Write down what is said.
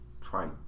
try